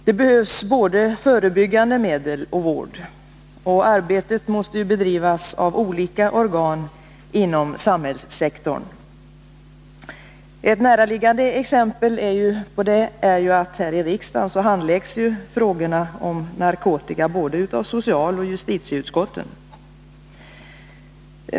Det behövs både förebyggande medel och vård, och arbetet måste bedrivas av olika organ inom samhällssektorn. Ett näraliggande exempel på detta är att narkotikafrågorna här i riksdagen handläggs av både socialoch justitieutskotten.